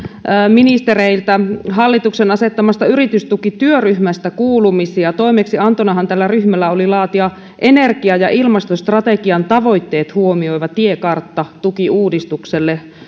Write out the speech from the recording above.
ministereiltä kuulumisia hallituksen asettamasta yritystukityöryhmästä toimeksiantonahan tällä ryhmällä oli laatia energia ja ilmastostrategian tavoitteet huomioiva tiekartta tukiuudistukselle